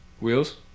Wheels